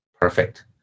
Perfect